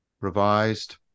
revised